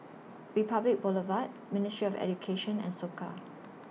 Republic Boulevard Ministry of Education and Soka